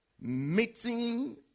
Meeting